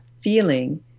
feeling